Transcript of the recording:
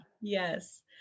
Yes